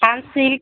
Sunsilk